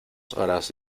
horas